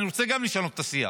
גם אני רוצה לשנות את השיח.